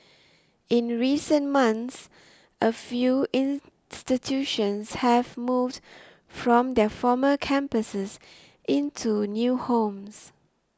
in recent months a few institutions have moved from their former campuses into new homes